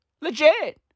Legit